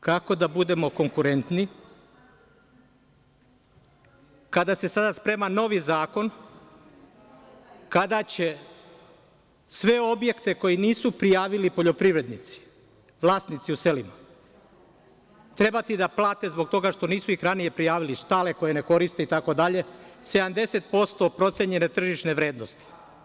Kako da budemo konkurenti, kada se sada sprema novi zakon kada će sve objekte koje nisu prijavili poljoprivrednici, vlasnici u selima, trebati da plate zbog toga što ih nisu ranije prijavili, štale koje ne koriste itd, 70% procenjene tržišne vrednosti?